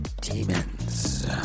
demons